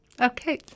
Okay